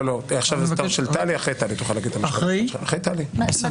חברת הכנסת טלי גוטליב, בבקשה.